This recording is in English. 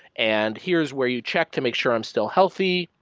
and here's where you check to make sure i'm still healthy,